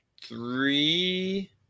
three